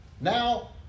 Now